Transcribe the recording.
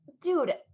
dude